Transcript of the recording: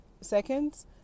seconds